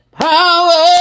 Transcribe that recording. power